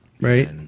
right